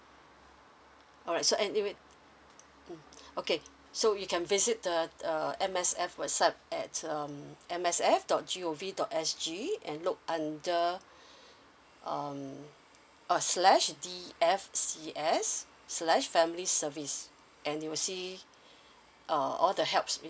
alright so anyway mm okay so we can visit uh uh M_S_F website at uh M S F dot G O V dot S G and look under um uh slash D F C S slash family service and you'll see uh all the helps